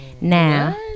Now